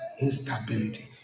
instability